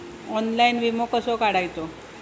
Online विमो कसो काढायचो?